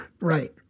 right